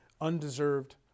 undeserved